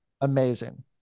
Amazing